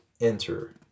enter